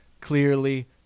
clearly